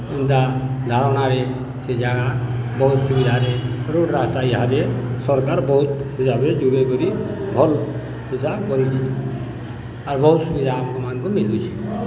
ଏନ୍ତା ଧାରଣାରେ ସେ ଜାଗା ବହୁତ୍ ସୁବିଧାରେ ରୋଡ଼୍ ରାସ୍ତା ଇହାଦେ ସରକାର ବହୁତ୍ ହିସାବେ ଯୋଗେଇକରି ଭଲ୍ ସୁବିଧା କରିଛେ ଆର୍ ବହୁତ୍ ସୁବିଧା ଆମମାନ୍କୁ ମିଲୁଛେ